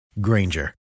Granger